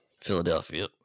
Philadelphia